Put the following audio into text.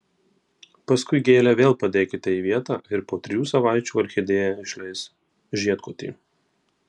paskui gėlę vėl padėkite į vietą ir po trijų savaičių orchidėja išleis žiedkotį